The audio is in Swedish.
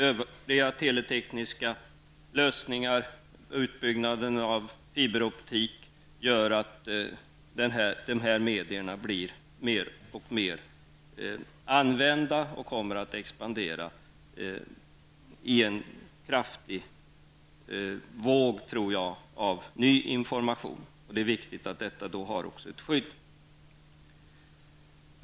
Övriga teletekniska lösningar och utbyggnaden av fiberoptik gör att medierna används mer och mer och troligen kommer att expandera i en kraftig våg av ny information. Då är det viktigt att det finns ett skydd.